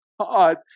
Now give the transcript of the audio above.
God